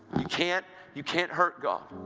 you can't you can't hurt god,